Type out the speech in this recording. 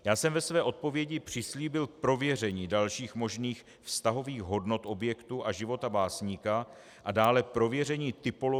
Já jsem ve své odpovědi přislíbil prověření dalších možných vztahových hodnot objektu a života básníka a dále prověření typologie domu.